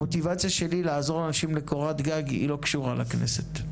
המוטיבציה שלי לעזור לאנשים לקורת גג היא לא קשורה לכנסת.